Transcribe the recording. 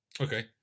Okay